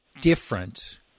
different